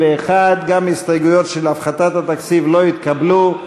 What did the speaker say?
61. גם ההסתייגויות של הפחתת התקציב לא התקבלו.